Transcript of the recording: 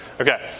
Okay